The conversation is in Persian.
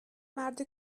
مرد